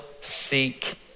seek